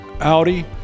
Audi